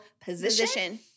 position